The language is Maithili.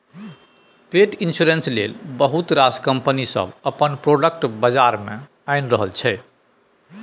पेट इन्स्योरेन्स लेल बहुत रास कंपनी सब अपन प्रोडक्ट बजार मे आनि रहल छै